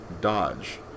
dodge